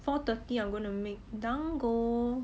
four thirty I'm gonna make don't go